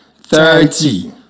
thirty